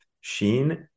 Sheen